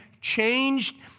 changed